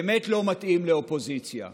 באמת לא מתאים לאופוזיציה.